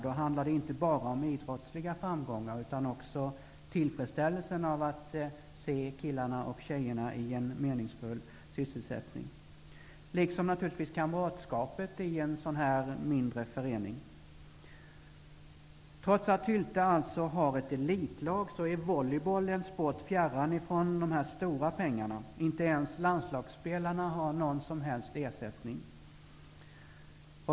Det handlar då inte bara om idrottsliga framgångar, utan också om tillfredsställelsen av att se killarna och tjejerna i en meningsfull sysselsättning och om kamratskapet i en sådan här mindre förening. Trots att Hylte alltså har ett elitlag så är volleyboll en sport fjärran från de stora pengarna. Inte ens landslagsspelarna har någon som helst ersättning.